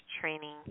Training